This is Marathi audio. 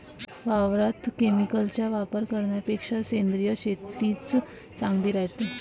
वावरात केमिकलचा वापर करन्यापेक्षा सेंद्रिय शेतीच चांगली रायते